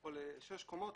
ל-6 קומות,